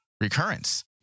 recurrence